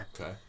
Okay